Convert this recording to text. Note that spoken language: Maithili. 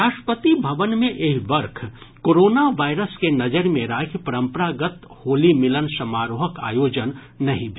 राष्ट्रपति भवन मे एहि वर्ष कोरोना वायरस के नजरि मे राखि परंपरागत होली मिलन समारोहक आयोजन नहि भेल